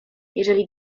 jeżeli